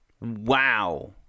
Wow